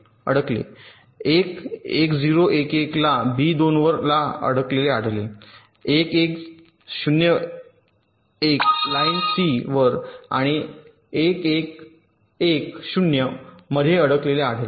१ 0 1 1 ला बी 2 वर 1 ला अडकलेले आढळेल 1 1 0 1 लाइन सी वर 1 आणि 1 1 1 0 मध्ये अडकलेले आढळेल